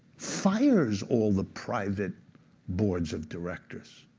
fires all the private boards of directors,